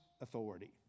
authority